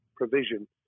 provision